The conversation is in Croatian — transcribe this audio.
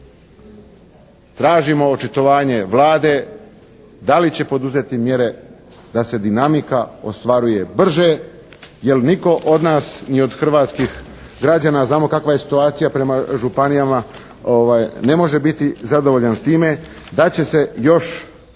tražimo očitovanje Vlade, da li će poduzeti mjere da se dinamika ostvaruje brže, jer nitko od nas ni od hrvatskih građana a znamo kakva je situacija prema županijama, ne može biti zadovoljan s time, da će se još